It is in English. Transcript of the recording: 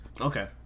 Okay